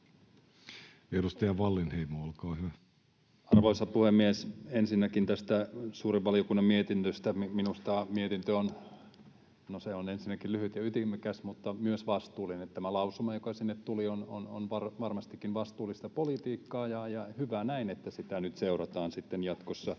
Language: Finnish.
Edustaja Wallinheimo, olkaa hyvä. Arvoisa puhemies! Ensinnäkin tästä suuren valiokunnan mietinnöstä: Minusta mietintö on, no, ensinnäkin lyhyt ja ytimekäs mutta myös vastuullinen. Tämä lausuma, joka sinne tuli, on varmastikin vastuullista politiikkaa, ja hyvä näin, että sitä nyt seurataan sitten jatkossa.